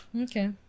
Okay